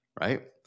Right